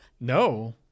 No